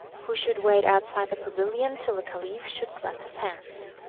who should wait outside the pavilion till the caliph should clap his hands.